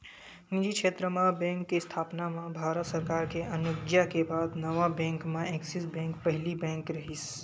निजी छेत्र म बेंक के इस्थापना म भारत सरकार के अनुग्या के बाद नवा बेंक म ऐक्सिस बेंक पहिली बेंक रिहिस